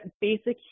basic